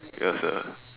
ya sia